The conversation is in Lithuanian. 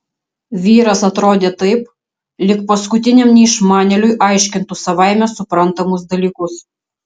vyras atrodė taip lyg paskutiniam neišmanėliui aiškintų savaime suprantamus dalykus